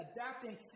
adapting